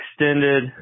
extended